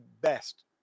best